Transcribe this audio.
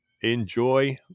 enjoy